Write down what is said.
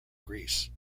greece